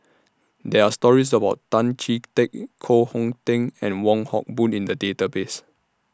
There Are stories about Tan Chee Teck Koh Hong Teng and Wong Hock Boon in The Database